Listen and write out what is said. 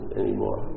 anymore